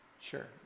Sure